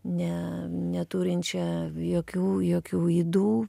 ne neturinčią jokių jokių ydų